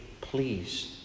Please